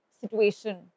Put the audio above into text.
situation